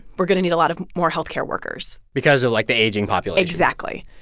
we're going to need a lot of more health care workers because of, like, the aging population exactly.